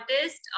artist